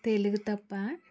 తెలుగు తప్ప